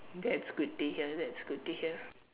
that's good to hear that's good to hear